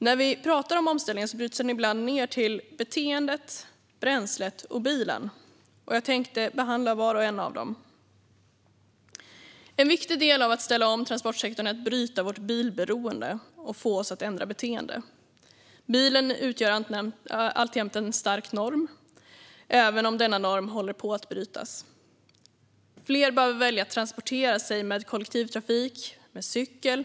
När vi talar om omställningen bryts den ibland ned till beteendet, bränslet och bilen, och jag ska behandla dem var och en. En viktig del i att ställa om transportsektorn är att bryta vårt bilberoende och få oss att ändra beteende. Bilen utgör alltjämt en stark norm, även om denna norm håller på att brytas. Fler behöver välja att transportera sig med kollektivtrafik och cykel.